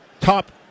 top